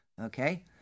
okay